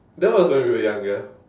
that was when we were younger